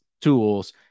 tools